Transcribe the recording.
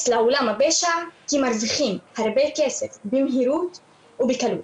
לעולם הפשע כי מרוויחים הרבה כסף במהירות ובקלות.